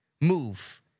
move